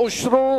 גם סעיף 9,